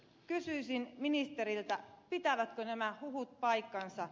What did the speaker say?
kysyisin ministeriltä pitävätkö nämä huhut paikkansa